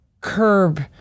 curb